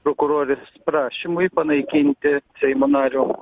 prokurorės prašymui panaikinti seimo nario